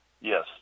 Yes